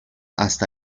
hasta